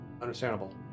Understandable